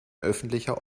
öffentlicher